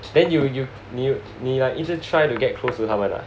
then you you 你有你 like 一直 try to get close to 他们 ah